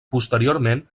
posteriorment